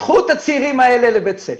קחו את הצעירים האלה לבית ספר.